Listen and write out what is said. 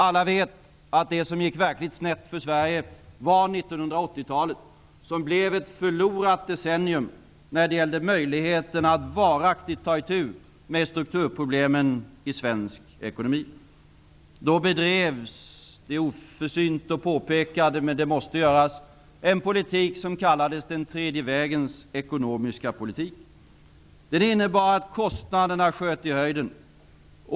Alla vet att det som gick verkligt snett för Sverige var 1980-talet, som blev ett förlorat decennium när det gällde möjligheten att varaktigt ta itu med strukturproblemen i svensk ekonomi. Då bedrevs — det är oförsynt att påpeka det, men det måste göras — en politik som kallades den tredje vägens ekonomiska politik. Den innebar att kostnaderna sköt i höjden.